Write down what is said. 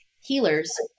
healers